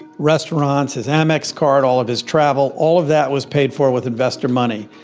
restaurants, his amex card, all of his travel, all of that was paid for with investor money.